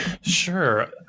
Sure